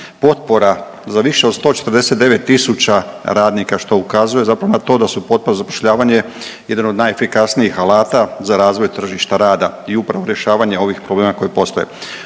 potpora za više od 149.000 radnika što ukazuje zapravo na to da su potpore za zapošljavanje jedan od najefikasnijih alata za razvoj tržišta rada i upravo rješavanje ovih problema koji postoje.